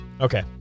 Okay